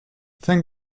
thank